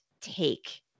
take